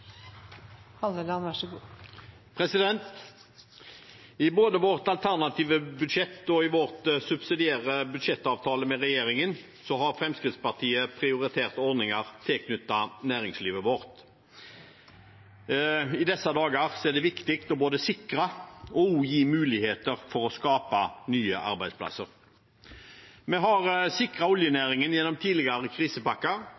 i vårt alternative budsjett og i vår subsidiære budsjettavtale med regjeringen har Fremskrittspartiet prioritert ordninger tilknyttet næringslivet vårt. I disse dager er det viktig både å sikre arbeidsplasser og å gi muligheter for å skape nye.